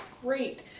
Great